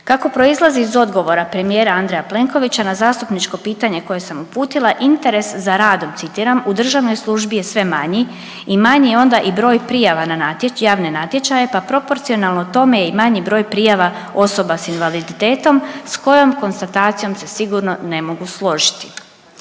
Kako proizlazi iz odgovora premijera Andreja Plenkovića na zastupničko pitanje koje sam uputila interes za radom, citiram u državnoj službi je sve manji i manji je onda i broj prijava na javne natječaje pa proporcionalno tome je i manji broj prijava osoba s invaliditetom s kojom konstatacijom se sigurno ne mogu složiti.